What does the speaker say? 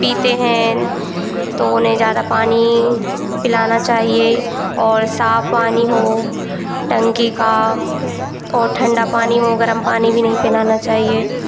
पीते हैं तो उन्हें ज़्यादा पानी पिलाना चाहिए और साफ़ पानी हो टंकी का और ठंडा पानी हो और गर्म पानी भी नहीं पिलाना चाहिए